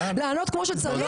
לענות כמו שצריך,